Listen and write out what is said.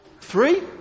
Three